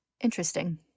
Interesting